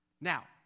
Now